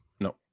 No